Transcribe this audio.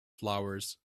flowers